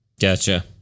Gotcha